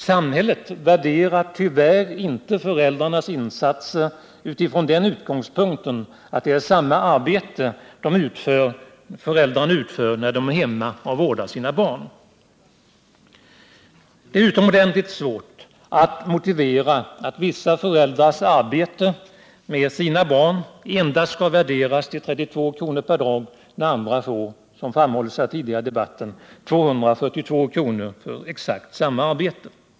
Samhället värderar tyvärr inte föräldrarnas insatser utifrån den utgångspunkten att det är samma arbete föräldrarna utför när de är hemma och vårdar sina barn. Det är utomordentligt svårt att motivera att vissa föräldrars arbete med sina barn endast skall värderas till 32 kr. per dag när andra — som framhållits här tidigare i debatten — får 242 kr. för exakt samma arbete.